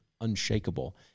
unshakable